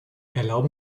erlauben